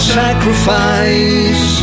sacrifice